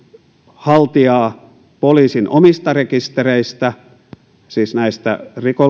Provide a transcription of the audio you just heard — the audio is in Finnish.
haltijaa poliisin omista rekistereistä siis näistä